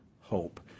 hope